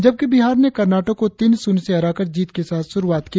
जबकि बिहार ने कर्नाटक को तीन श्रन्य से हराकर जीत के साथ श्रुआत की